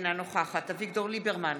אינה נוכחת אביגדור ליברמן,